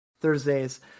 Thursdays